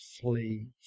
flee